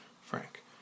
Frank